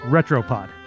Retropod